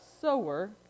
sower